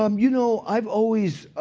um you know i've always